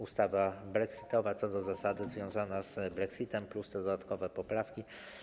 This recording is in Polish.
Ustawa brexitowa co do zasady związana z brexitem plus te dodatkowe poprawki.